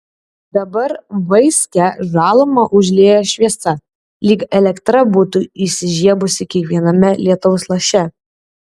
dabar vaiskią žalumą užlieja šviesa lyg elektra būtų įsižiebusi kiekviename lietaus laše